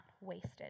wasted